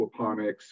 aquaponics